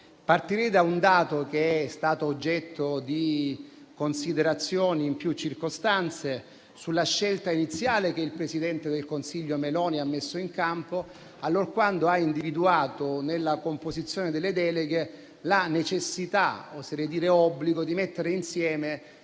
Partirò da un dato, che è stato oggetto di considerazioni in più circostanze, sulla scelta iniziale che il presidente del Consiglio Meloni ha messo in campo, allorquando ha individuato, nella composizione delle deleghe, la necessità - oserei dire l'obbligo - di mettere insieme